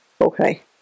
Okay